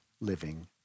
living